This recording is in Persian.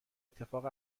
اتفاق